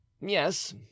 Yes